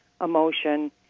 emotion